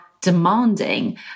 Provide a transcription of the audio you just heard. demanding